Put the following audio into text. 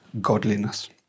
godliness